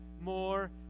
more